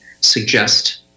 suggest